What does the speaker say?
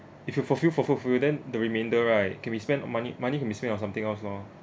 if you fulfill for fulfill then the remainder right can be spend on money money can be spend on something else loh